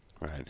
Right